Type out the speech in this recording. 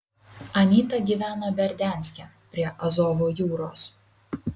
anyta gyveno berdianske prie azovo jūros